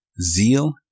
zeal